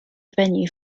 venue